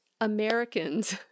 Americans